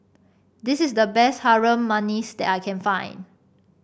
this is the best Harum Manis that I can find